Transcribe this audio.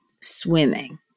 swimming